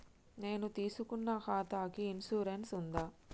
నేను తీసుకున్న ఖాతాకి ఇన్సూరెన్స్ ఉందా?